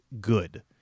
good